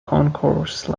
concourse